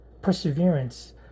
perseverance